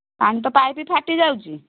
ପାଣି ତ ପାଇପ୍ ଫାଟିଯାଉଛି